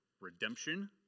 redemption